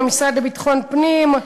עם המשרד לביטחון פנים.